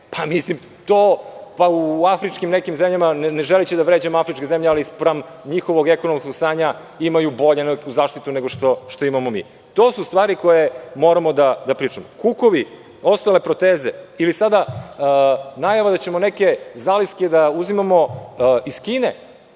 nekim afričkim zemljama, ne želeći da vređam afričke zemlje, ali spram njihovog ekonomskog stanja oni imaju bolju zaštitu nego što imamo mi. To su stvari koje moramo da pričamo. Kukovi, ostale proteze ili sada najava da ćemo neke zaliske da uzimamo iz Kine,